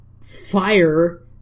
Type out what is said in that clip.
fire